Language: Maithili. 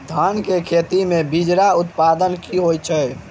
धान केँ खेती मे बिचरा उत्पादन की होइत छी?